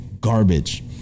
garbage